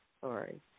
Sorry